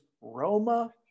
Roma